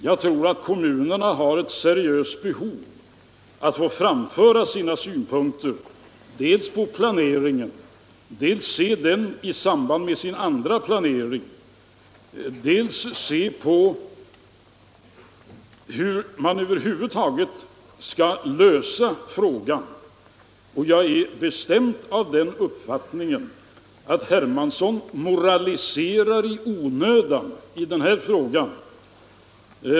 Jag tror att kommunerna har ett seriöst behov att få framföra sina synpunkter på planeringen, dels för att se den i samband med sin andra planering och dels för att se hur man över huvud taget skall lösa frågan. Jag är bestämt av den uppfattningen att herr Hermansson moraliserar i onödan i den här frågan.